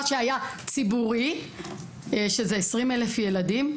מה שהיה ציבורי שזה 20 אלף ילדים,